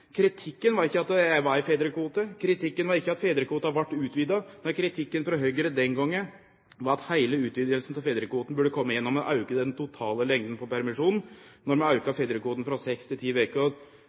Kritikken var ikkje at det var ein fedrekvote, kritikken var ikkje at fedrekvoten blei utvida. Nei, kritikken frå Høgre den gongen var at heile utvidinga av fedrekvoten burde kome gjennom å auke den totale lengda på permisjonen. Når vi auka